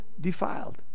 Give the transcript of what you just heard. defiled